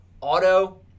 auto